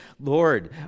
Lord